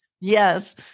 Yes